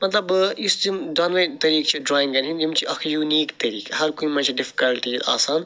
مَطلَب ٲں یُس یِم دۄنؤے طریقہ چھِ ڈرٛاینٛگَن ہنٛد یِم چھِ اکھ یوٗنیٖک طریق ہر کُنہ مَنٛز چھِ ڈِفکَلٹیٖز آسان